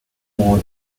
more